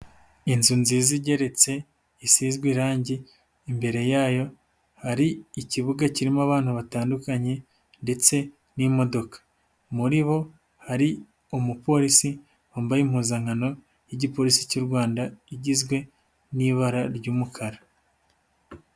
Inzu nziza igeretse, isizwe irangi, imbere yayo, hari ikibuga kirimo abana batandukanye ndetse n'imodoka, muri bo, hari umupolisi wambaye impuzankano y'igipolisi cy'u Rwanda, igizwe n'ibara ry'umukara.